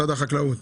משרד החקלאות.